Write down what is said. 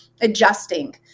adjusting